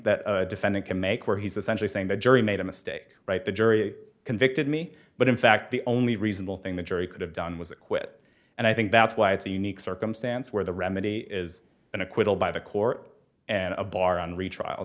that a defendant can make where he's essentially saying the jury made a mistake right the jury convicted me but in fact the only reasonable thing the jury could have done was acquit and i think that's why it's a unique circumstance where the remedy is an acquittal by the court and a bar on retrial